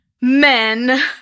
men